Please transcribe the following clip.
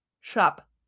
shop